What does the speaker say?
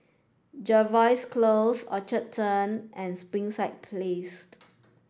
Jervois Close Orchard Turn and Springside Place